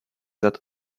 that